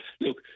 Look